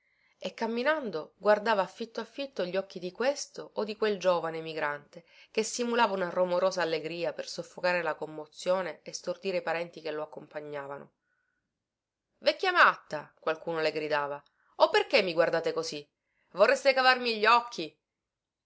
e camminando guardava affitto affitto gli occhi di questo o di quel giovane emigrante che simulava una romorosa allegria per soffocare la commozione e stordire i parenti che lo accompagnavano vecchia matta qualcuno le gridava o perché mi guardate così vorreste cavarmi gli occhi